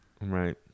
Right